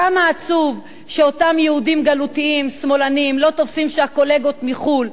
כמה עצוב שאותם יהודים גלותיים שמאלנים לא תופסים שהקולגות מחו"ל,